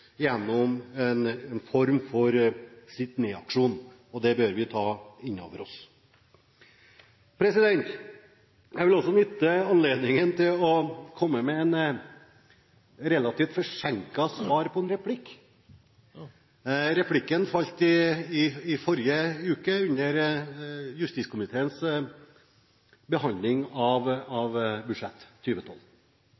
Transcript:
gjennom en form for sitt ned-aksjon. Det bør vi ta inn over oss. Jeg vil også nytte anledningen til å komme med et relativt forsinket svar på en replikk som falt under justiskomiteens behandling av